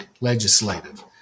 Legislative